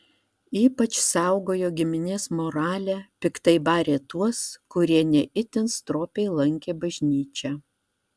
ypač saugojo giminės moralę piktai barė tuos kurie ne itin stropiai lankė bažnyčią